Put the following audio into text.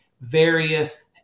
various